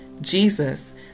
Jesus